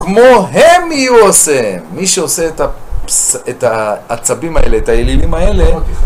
כמו הם היו עושה, מי שעושה את העצבים האלה, את האלילים האלה